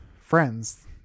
friends